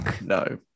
No